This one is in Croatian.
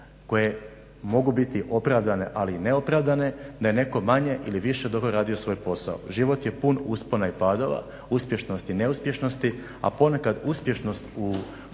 koje mogu biti opravdane, ali i neopravdane na je netko manje ili više dobro radio svoj posao. Život je pun uspona i padova, uspješnosti i neuspješnosti, a ponekad uspješnost u